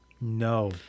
No